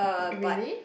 really